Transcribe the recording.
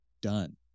done